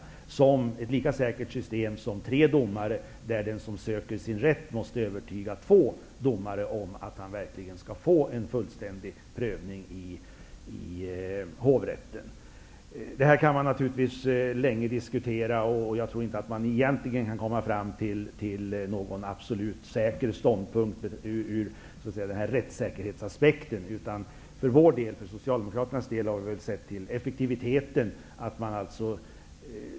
Det är ett lika säkert system som att ha tre domare, där den som söker sin rätt måste övertyga två domare om att han verkligen skall få fullständig prövning i hovrätten. Den här frågan kan man diskutara länge. Jag tror inte att man egentligen kan komma fram till någon absolut säker ståndpunkt beträffande rättssäkerhetsaspekten. För Socialdemokraternas del har vi sett till effektiviteten.